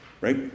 right